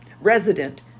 resident